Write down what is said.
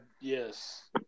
Yes